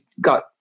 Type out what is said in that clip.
got